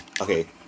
Okay